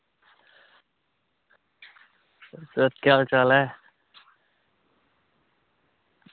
sir केह् हाल चाल ऐ